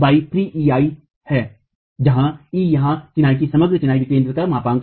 3EI है जहां E यहाँ चिनाई समग्र चिनाई विकेंद्रिता का मापांक है